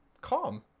calm